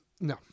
No